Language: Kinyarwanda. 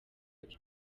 ati